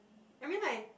I mean like